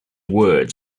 words